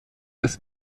des